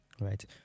right